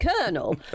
colonel